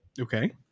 okay